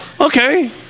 okay